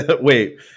Wait